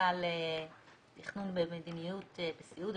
מחלקה לתכנון ומדיניות וסיעוד.